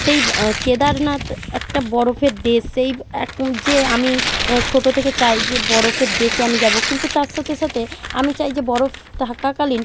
সেই কেদারনাথ একটা বরফের দেশ সেই এক যে আমি ছোটো থেকে চাই যে বরফের দেশে আমি যাবো কিন্তু তার সাথে সাথে আমি চাই যে বরফ থাকাকালীন